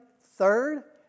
Third